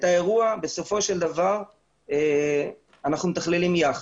את האירוע בסופו של דבר אנחנו מתכללים יחד.